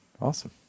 Awesome